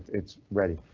it's ready,